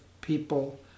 people